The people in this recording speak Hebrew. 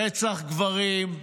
רצח גברים,